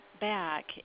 back